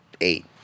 eight